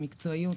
המקצועיות.